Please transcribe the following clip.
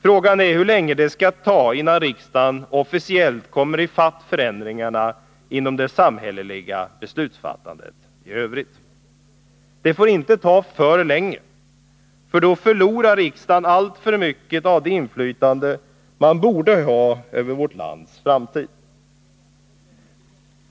Frågan är hur lång tid det skall ta innan riksdagen officiellt kommer i fatt förändringarna inom det samhälleliga beslutsfattandet. i Det får inte dröja för länge, för då förlorar riksdagen alltför mycket av det inflytande den borde ha över vårt lands framtid.